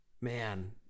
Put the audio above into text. man